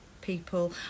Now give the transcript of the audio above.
people